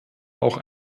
auch